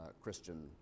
Christian